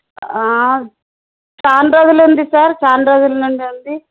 చాలా రోజులుంది సార్ చాలా రోజులు నుండుంది